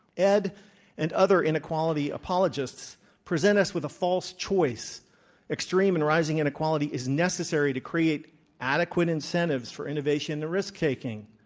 ed and other inequality apologists present us with a false choice extreme and rising inequality is necessary to create adequate incentives for innovation and risk-taking,